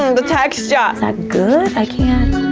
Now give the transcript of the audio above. and the texture. is ah that good, i can't.